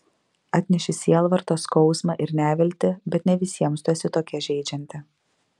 atneši sielvartą skausmą ir neviltį bet ne visiems tu esi tokia žeidžianti